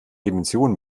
dimension